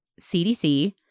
CDC